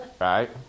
Right